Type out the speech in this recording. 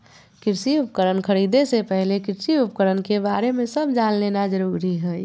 कृषि उपकरण खरीदे से पहले कृषि उपकरण के बारे में सब जान लेना जरूरी हई